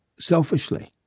selfishly